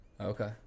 okay